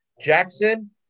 Jackson